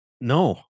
no